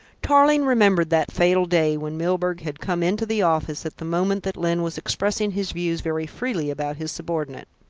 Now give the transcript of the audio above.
tarling remembered that fatal day when milburgh had come into the office at the moment that lyne was expressing his views very freely about his subordinate.